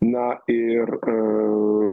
na ir